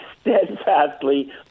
steadfastly